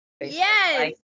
yes